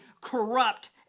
corrupt